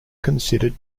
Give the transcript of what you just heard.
considered